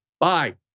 Bye